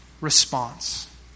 response